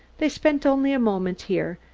they spent only a moment here,